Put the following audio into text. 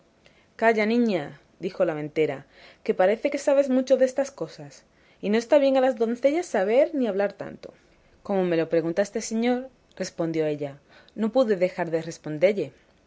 calla niña dijo la ventera que parece que sabes mucho destas cosas y no está bien a las doncellas saber ni hablar tanto como me lo pregunta este señor respondió ella no pude dejar de respondelle